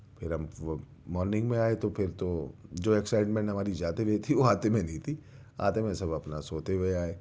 پھر ہم وہ مارننگ میں آئے تو پھر تو جو ایکسائٹمنٹ ہماری جاتے میں تھی وہ آتے میں نہیں تھی آتے میں سب اپنا سوتے ہوئے آئے